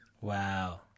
Wow